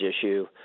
issue